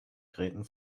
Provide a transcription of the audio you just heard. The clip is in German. gräten